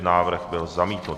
Návrh byl zamítnut.